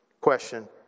Question